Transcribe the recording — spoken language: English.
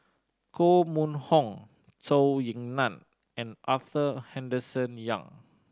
Koh Mun Hong Zhou Ying Nan and Arthur Henderson Young